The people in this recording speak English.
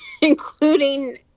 including